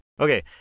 Okay